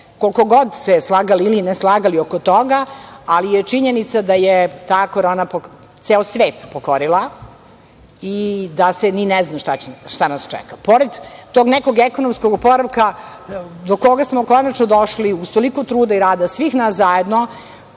Koliko god se slagali ili ne slagali oko toga, ali činjenica je da je ta korona ceo svet pokorila i da se ni ne zna šta nas čeka. Pored tog nekog ekonomskog oporavka, do koga smo konačno došli uz toliko truda i rada svih nas zajedno,